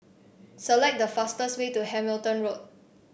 select the fastest way to Hamilton Road